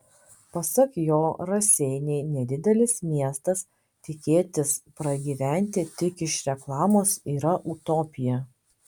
pasak jo raseiniai nedidelis miestas tikėtis pragyventi tik iš reklamos yra utopija